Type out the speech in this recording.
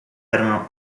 erano